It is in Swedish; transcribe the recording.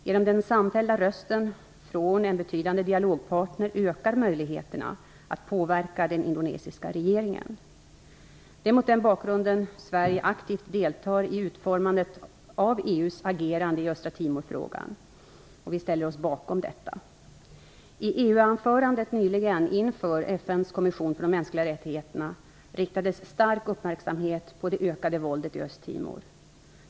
Genom den samfällda rösten från en betydande dialogpartner ökar möjligheterna att påverka den indonesiska regeringen. Det är mot den bakgrunden Sverige aktivt deltar i utformandet av EU:s agerande i Östra Timorfrågan, och vi ställer oss bakom detta. I EU anförandet nyligen inför FN:s kommission för de mänskliga rättigheterna riktades stark uppmärksamhet på det ökade våldet i Östtimor.